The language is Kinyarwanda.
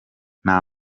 nta